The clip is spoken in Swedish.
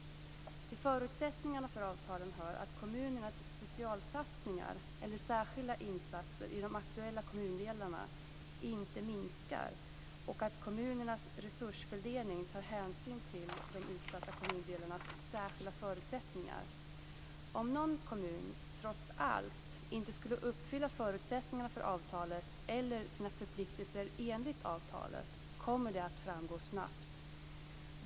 Till förutsättningarna för avtalen hör att kommunernas specialsatsningar eller särskilda insatser i de aktuella kommundelarna inte minskar och att kommunernas resursfördelning tar hänsyn till de utsatta kommundelarnas särskilda förutsättningar. Om någon kommun trots allt inte skulle uppfylla förutsättningarna för avtalet eller sina förpliktelser enligt avtalet kommer det att framgå snabbt.